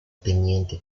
teniente